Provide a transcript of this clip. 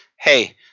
Hey